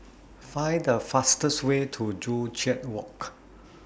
Find The fastest Way to Joo Chiat Walk